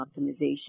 optimization